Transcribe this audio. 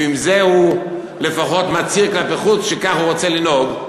ועם זה הוא לפחות מצהיר כלפי חוץ שכך הוא רוצה לנהוג,